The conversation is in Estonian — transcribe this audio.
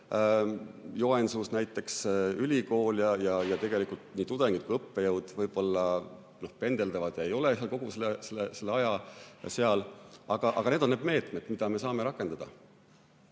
Joensuus näiteks, ülikool ja tegelikult nii tudengid kui ka õppejõud võib-olla pendeldavad ega ole kogu selle aja seal, aga need on need meetmed, mida me saame rakendada.